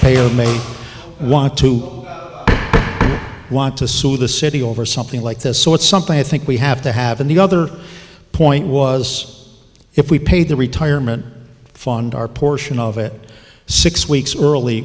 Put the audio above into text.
taxpayer may want to want to sue the city over something like this so it's something i think we have to have in the other point was if we paid the retirement fund our portion of it six weeks early